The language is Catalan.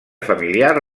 familiar